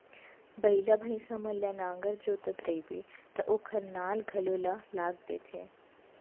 बइला, भईंसा मन ल नांगर जोतत रइबे त ओकर नाल घलौ ल लाग देथे